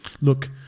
look